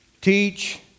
teach